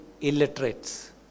illiterates